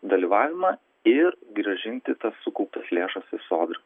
dalyvavimą ir grąžinti tas sukauptas lėšas į sodrą